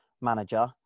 manager